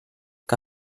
que